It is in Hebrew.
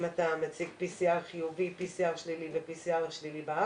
אם אתה מציג PCR חיובי או PCR שלילי, זה בארץ